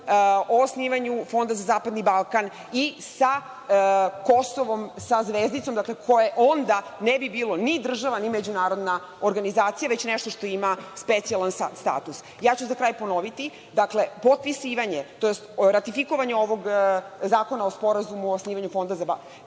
o osnivanju Fonda za zapadni Balkan i sa Kosovom sa zvezdicom, dakle, koje onda ne bi bilo ni država ni međunarodna organizacija, već nešto što ima specijalan status? Za kraj ću ponoviti, dakle, potpisivanje, tj. ratifikovanje, ovog zakona o Sporazumu o osnivanju Fonda za zapadni Balkan